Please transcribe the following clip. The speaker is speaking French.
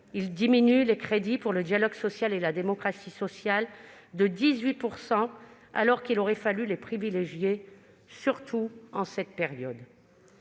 Il diminue les crédits pour le dialogue social et la démocratie sociale de 18 %, alors qu'il aurait fallu les privilégier, surtout en cette période.